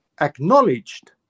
acknowledged